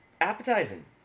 appetizing